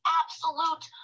absolute